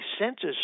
census